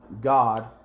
God